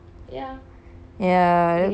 ya that'll be fun